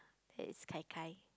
that is Gai Gai